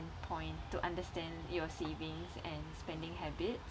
standpoint to understand your savings and spending habits